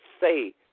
say